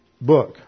book